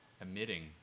emitting